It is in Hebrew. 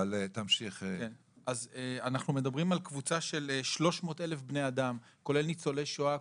אנחנו מדברים על קבוצה של 300,000 בני אדם כולל ניצולי שואה,